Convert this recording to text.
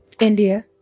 India